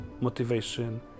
motivation